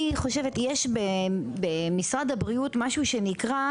אני חושבת, יש במשרד הבריאות משהו שנקרא